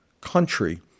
country